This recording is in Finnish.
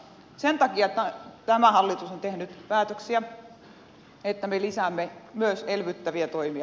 sen takia tämä hallitus on tehnyt päätöksiä että me lisäämme myös elvyttäviä toimia